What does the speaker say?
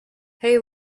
hey